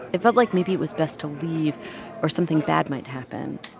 it felt like maybe it was best to leave or something bad might happen.